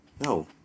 No